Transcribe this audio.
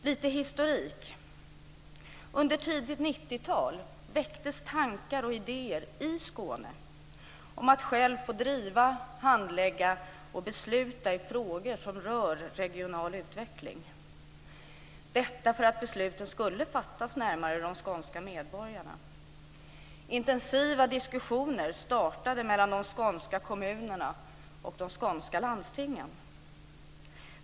Lite historik: Under tidigt 90-tal väcktes tankar och idéer i Skåne om att själv få driva, handlägga och besluta i frågor som rör regional utveckling - detta för att besluten skulle fattas närmare de skånska medborgarna. Intensiva diskussioner startade mellan de skånska kommunerna och de skånska landstingen.